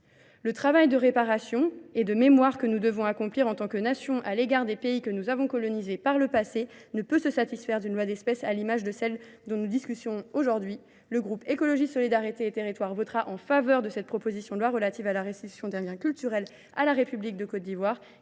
Le travail de réparation et de mémoire que nous devons accomplir en tant que nation à l'égard des pays que nous avons colonisés par le passé ne peut se satisfaire d'une loi d'espèce à l'image de celle dont nous discussionnons aujourd'hui. Le groupe Ecologie, Solidarité et Territoires votera en faveur de cette proposition de loi relative à la restitution d'un lien culturel à la République de Côte d'Ivoire